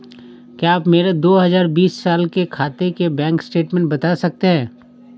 क्या आप मेरे दो हजार बीस साल के खाते का बैंक स्टेटमेंट बता सकते हैं?